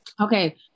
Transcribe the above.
okay